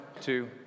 two